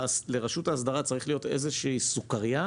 לרשות האסדרה צריכה להיות איזושהי סוכרייה